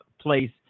place